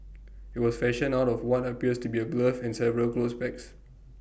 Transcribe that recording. IT was fashioned out of what appears to be A glove and several clothes pegs